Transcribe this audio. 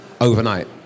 overnight